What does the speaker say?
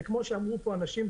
כמו שאמרו פה אנשים,